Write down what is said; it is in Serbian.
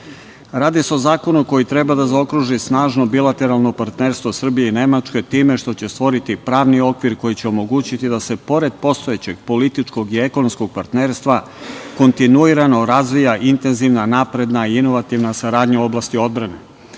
se o zakonu koji treba da zaokruži snažno bilateralno partnerstvo Srbije i Nemačke time što će stvoriti pravni okvir koji će omogućiti da se, pored postojećeg političkog i ekonomskog partnerstva, kontinuirano razvija intenzivna, napredna, inovativna saradnja u oblasti odbrane. Saradnja